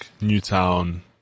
Newtown